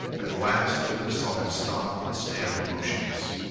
at last, they saw him stop and stand motionless.